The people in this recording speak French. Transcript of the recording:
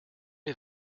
les